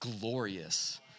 glorious